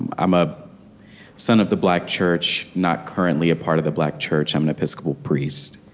i'm a son of the black church, not currently a part of the black church. i'm an episcopal priest,